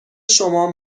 شما